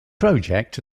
project